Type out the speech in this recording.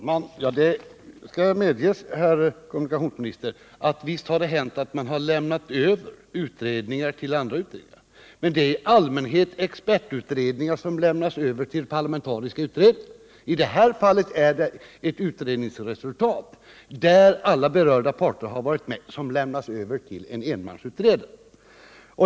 Herr talman! Det skall medges, herr kommunikationsminister, att visst har det hänt att man har lämnat över utredningar till andra utredningar, men det hari allmänhet varit expertutredningar som lämnats över till parlamentariska utredningar. I det här fallet har ett utredningsresultat, som alla berörda parter varit med om att arbeta fram, lämnats över till en enmansutredare.